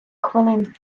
хвилин